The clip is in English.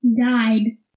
Died